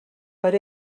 per